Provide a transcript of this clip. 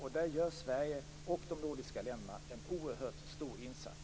Här gör Sverige och de nordiska länderna en oerhört stor insats.